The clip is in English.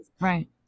right